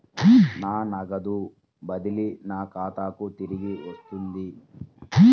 నా నగదు బదిలీ నా ఖాతాకు తిరిగి వచ్చింది